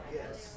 yes